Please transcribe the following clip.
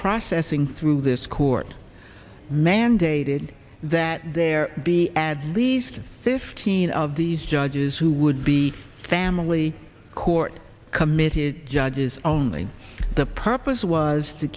processing through this court mandated that there be add least fifteen of these judges who would be family court committee judges only the purpose was to